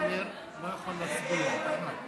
להעביר את הצעת חוק הפיקוח